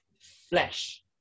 flesh